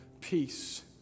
peace